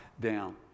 down